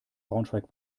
braunschweig